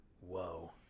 Whoa